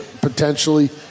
potentially